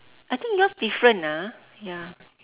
I think yours different ah ya